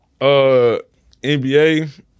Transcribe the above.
NBA